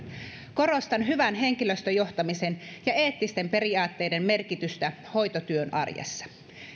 korostan hyvän henkilöstöjohtamisen ja eettisten periaatteiden merkitystä hoitotyön arjessa